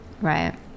Right